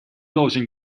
должен